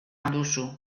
duzu